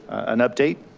an update.